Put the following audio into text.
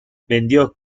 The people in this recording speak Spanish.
vendió